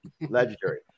Legendary